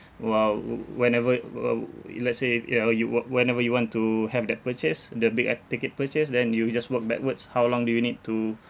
while wh~ whenever were let's say if ya you were whenever you want to have that purchase the big uh ticket purchase then you just work backwards how long do you need to